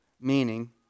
meaning